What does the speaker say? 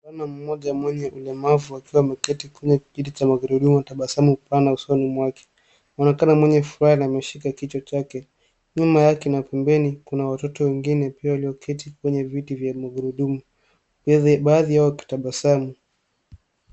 Mwanaume mmoja mwenye ulemavu akiwa ameketi kwenye kiti cha magurudumu ana tabasamu pana usoni mwake. Anaonekana mwenye furaha na ameshika kichwa chake. Nyuma yake na pembeni kuna watoto wengine pia walioketi kwenye viti vya magurudumu baadhi yao wakitabasamu.